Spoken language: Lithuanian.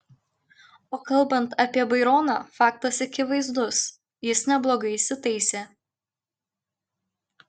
o kalbant apie baironą faktas akivaizdus jis neblogai įsitaisė